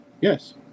Yes